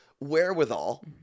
wherewithal